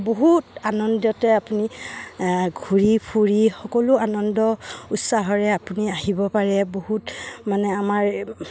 বহুত আনন্দতে আপুনি ঘূৰি ফুৰি সকলো আনন্দ উৎসাহৰে আপুনি আহিব পাৰে বহুত মানে আমাৰ